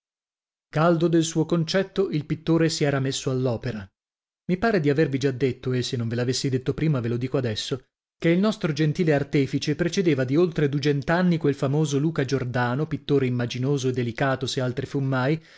caldo del suo concetto il pittore si era messo all'opera mi pare di avervi già detto e se non ve l'avessi detto prima ve lo dico adesso che il nostro gentile artefice precedeva di oltre dugent'anni quel famoso luca giordano pittore immaginoso e delicato se altri fu mai